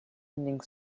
ending